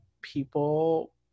people